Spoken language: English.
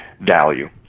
value